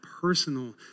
personal